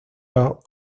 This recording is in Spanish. los